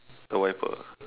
the wiper